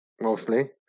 mostly